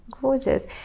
Gorgeous